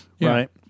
right